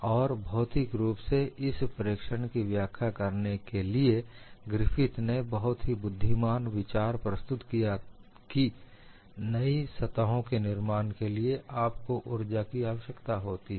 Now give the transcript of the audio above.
और भौतिक रूप से इस प्रेक्षण की व्याख्या करने के लिए ग्रिफिथ ने बहुत ही बुद्धिमान विचार प्रस्तुत किया कि नई सतहों के निर्माण के लिए आपको ऊर्जा की आवश्यकता होती है